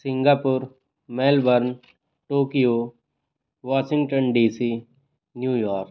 Singapore Melbourne Tokyo Washington D C New York